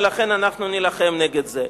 ולכן אנחנו נילחם נגד זה,